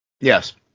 Yes